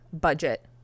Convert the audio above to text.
budget